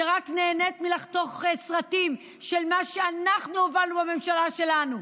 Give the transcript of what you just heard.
שרק נהנית מלחתוך סרטים של מה שאנחנו הובלנו בממשלה שלנו.